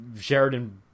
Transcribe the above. Sheridan